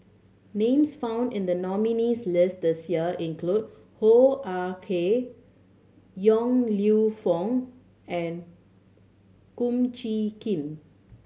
names found in the nominees' list this year include Hoo Ah Kay Yong Lew Foong and Kum Chee Kin